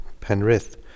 Penrith